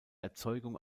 erzeugung